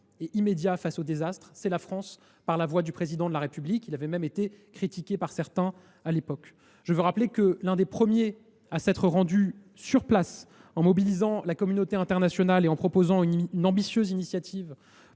et immédiat face au désastre, c’est la France, par la voix du Président de la République, lequel avait même été critiqué par certains, à l’époque. Je rappelle ensuite que l’un des premiers chefs d’État à s’être rendus sur place en mobilisant la communauté internationale et en proposant une ambitieuse initiative